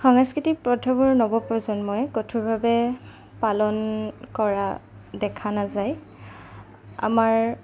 সাংস্কৃতিক প্ৰথাবোৰ নৱ প্ৰজন্মই কঠোৰভাৱে পালন কৰা দেখা নাযায় আমাৰ